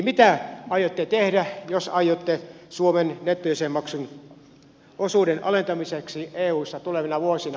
mitä aiotte tehdä jos aiotte suomen nettojäsenmaksuosuuden alentamiseksi eussa tulevina vuosina